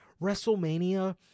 WrestleMania